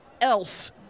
elf